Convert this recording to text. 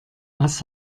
was